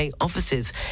offices